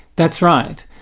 that's right.